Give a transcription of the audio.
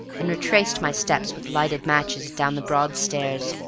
and retraced my steps with lighted matches, down the broad stairs,